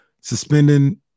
suspending